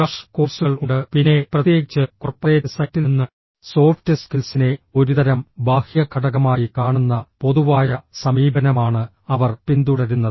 crash കോഴ്സുകൾ ഉണ്ട് പിന്നെ പ്രത്യേകിച്ച് കോർപ്പറേറ്റ് സൈറ്റിൽ നിന്ന് സോഫ്റ്റ് സ്കിൽസിനെ ഒരുതരം ബാഹ്യ ഘടകമായി കാണുന്ന പൊതുവായ സമീപനമാണ് അവർ പിന്തുടരുന്നത്